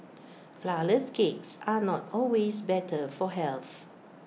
Flourless Cakes are not always better for health